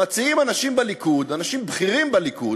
מציעים אנשים בליכוד, אנשים בכירים בליכוד,